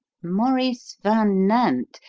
maurice van nant?